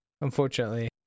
Unfortunately